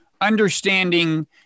Understanding